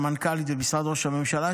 סמנכ"לית במשרד ראש הממשלה,